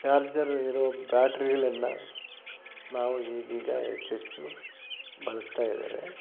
charger ಇರುವ ಬ್ಯಾಟ್ರಿಗಳನ್ನು ನಾವು ಈಗೀಗ ಹೆಚ್ಚೆಚ್ಚು ಬಳಸ್ತಾ ಇದ್ದೇವೆ